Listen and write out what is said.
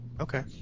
Okay